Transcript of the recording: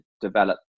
develop